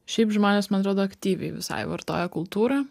šiaip žmonės man atrodo aktyviai visai vartoja kultūrą